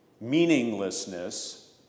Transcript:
meaninglessness